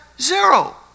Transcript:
zero